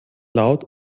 laut